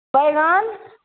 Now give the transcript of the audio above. बैगन